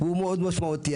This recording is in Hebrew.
הוא מאוד משמעותי.